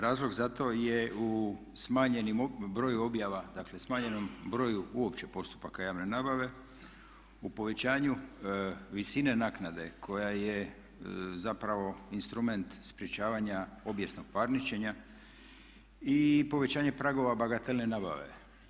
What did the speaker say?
Razlog za to je u smanjenim broju objava, dakle smanjenom broju uopće postupaka javne nabave, u povećanju visine naknade koja je zapravo instrument sprječavanja obijesnog parničenja i povećanje pragova bagatelne nabave.